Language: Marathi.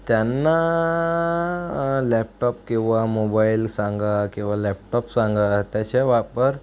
त्यांना लॅपटॉप किंवा मोबाईल सांगा किंवा लॅपटॉप सांगा त्याच्या वापर